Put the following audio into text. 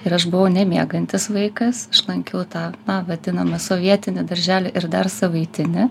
ir aš buvau nemiegantis vaikas aš lankiau tą na vadinamą sovietinį darželį ir dar savaitinį